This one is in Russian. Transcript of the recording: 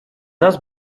нас